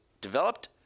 developed